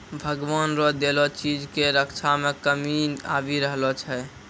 भगवान रो देलो चीज के रक्षा मे कमी आबी रहलो छै